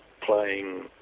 playing